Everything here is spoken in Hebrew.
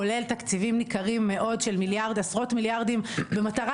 כולל תקציבים ניכרים מאוד של עשרות מיליארדים במטרה